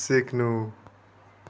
सिक्नु